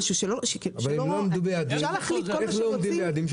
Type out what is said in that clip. אבל איך לא עומדים ביעדים?